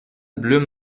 bleu